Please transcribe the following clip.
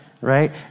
Right